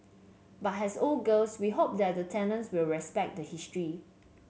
but has old girls we hope that the tenants will respect the history